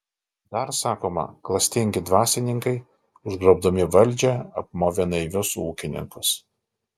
dar sakoma klastingi dvasininkai užgrobdami valdžią apmovė naivius ūkininkus